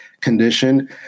condition